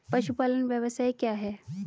पशुपालन व्यवसाय क्या है?